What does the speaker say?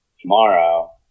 tomorrow